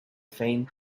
faint